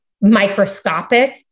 microscopic